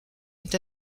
est